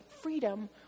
freedom